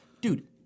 Dude